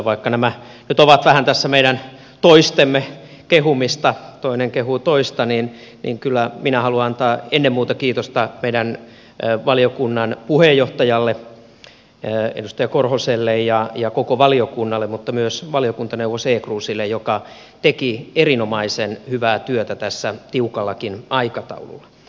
vaikka nämä nyt ovat vähän meidän toistemme kehumista toinen kehuu toista niin kyllä minä haluan antaa ennen muuta kiitosta meidän valiokuntamme puheenjohtajalle edustaja korhoselle ja koko valiokunnalle mutta myös valiokuntaneuvos ekroosille joka teki erinomaisen hyvää työtä tässä tiukallakin aikataululla